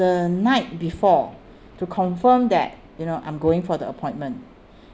the night before to confirm that you know I'm going for the appointment